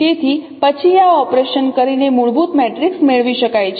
તેથી પછી આ ઓપરેશન કરીને મૂળભૂત મેટ્રિક્સ મેળવી શકાય છે